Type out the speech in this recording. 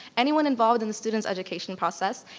anyone involved in the student's education process,